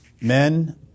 men